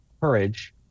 courage